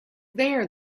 there